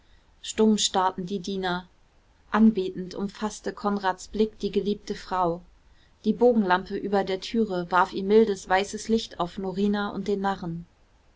stumm starrten die diener anbetend umfaßte konrads blick die geliebte frau die bogenlampe über der türe warf ihr mildes weißes licht auf norina und den narren